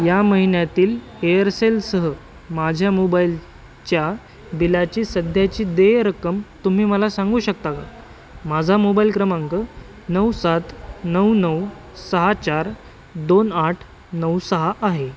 या महिन्यातील एअरसेलसह माझ्या मोबाइलच्या बिलाची सध्याची देय रक्कम तुम्ही मला सांगू शकता का माझा मोबाइल क्रमांक नऊ सात नऊ नऊ सहा चार दोन आठ नऊ सहा आहे